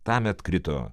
tąmet krito